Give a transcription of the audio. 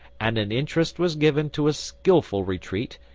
and an interest was given to a skilful retreat,